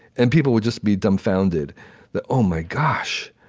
and people would just be dumbfounded that oh, my gosh,